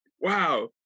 Wow